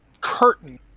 curtain